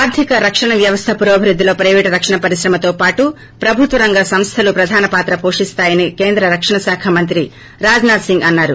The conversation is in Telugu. ఆర్దిక రక్షణ వ్యవస్థ పురోభివృద్దిలో ప్రైవేటు రక్షణ పరిశ్రమతో పాటు రక్షణ ప్రభుత్వ రంగ ప్రధాన పాత్ర పోషిస్తాయని కేంద్ర రక్షణ శాఖ మంత్రి రాజనాథ్ సింగ్ అన్నారు